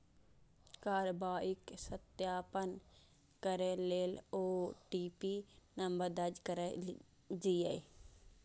कार्रवाईक सत्यापन करै लेल ओ.टी.पी नंबर दर्ज कैर दियौ